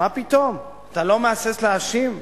מה פתאום, אתה לא מהסס להאשים?